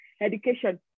education